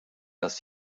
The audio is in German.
dass